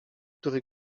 który